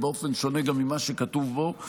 באופן שונה גם ממה שכתוב בו,